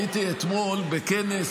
הייתי אתמול בכנס,